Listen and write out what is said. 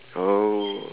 oh